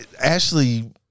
Ashley